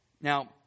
Now